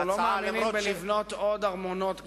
אנחנו לא מאמינים בלבנות עוד ארמונות גדולים.